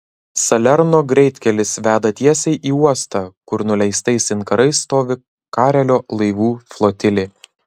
salerno greitkelis veda tiesiai į uostą kur nuleistais inkarais stovi karelio laivų flotilė